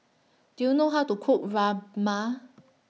Do YOU know How to Cook Rajma